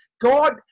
god